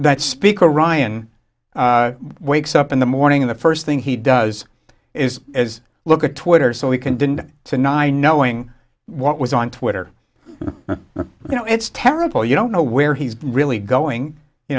that speaker ryan wakes up in the morning the first thing he does is is look at twitter so he can do to nine knowing what was on twitter you know it's terrible you don't know where he's really going you